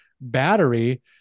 battery